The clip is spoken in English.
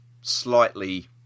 slightly